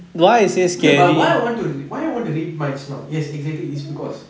okay but why I want to why I want to read minds now yes exactly is because